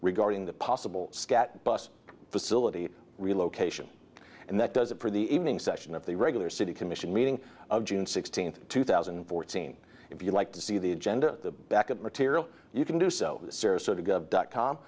regarding the possible scat bus facility relocation and that does it for the evening session of the regular city commission meeting of june sixteenth two thousand and fourteen if you like to see the agenda back of material you can do so sarasota gov dot com